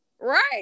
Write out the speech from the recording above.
Right